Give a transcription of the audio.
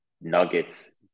Nuggets